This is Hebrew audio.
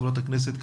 חברת הכנסת,